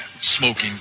smoking